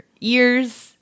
ears